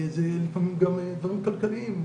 זה לפעמים גם דברים כלכליים.